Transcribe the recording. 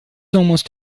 almost